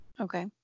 Okay